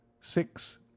six